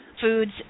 foods